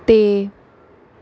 ਅਤੇ